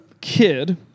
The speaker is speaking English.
kid